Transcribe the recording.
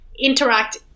interact